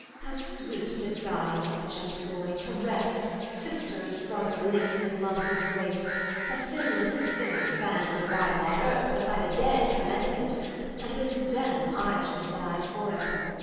how sweet to die in such employ, to rest sister and brother linked in love's embrace a sinless sinner, banned awhile on earth, but by the dead commended and with them i shall abide for ever.